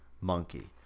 Monkey